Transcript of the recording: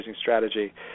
strategy